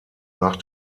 nach